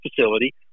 facility